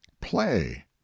play